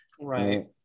right